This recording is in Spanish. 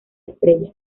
estrella